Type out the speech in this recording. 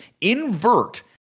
invert